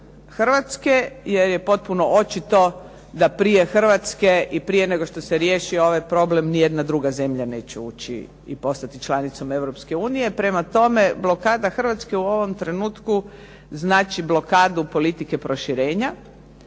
Hrvatske jer je potpuno očito da prije Hrvatske i prije nego što se riješi ovaj problem nijedna druga zemlja neće ući i postati članicom Europske unije. Prema tome, blokada Hrvatske u ovom trenutku znači blokadu politike proširenja